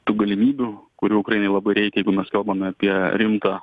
tų galimybių kurių ukrainai labai reikia jeigu mes kalbame apie rimtą